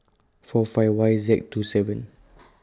four five Y Z two seven